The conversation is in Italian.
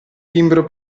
timbro